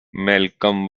malcolm